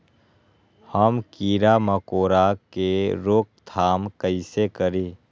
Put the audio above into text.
हम किरा मकोरा के रोक थाम कईसे करी?